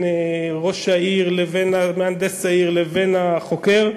ראש העיר לבין מהנדס העיר לבין החוקר.